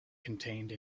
contained